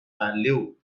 value